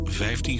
15